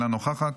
אינה נוכחת,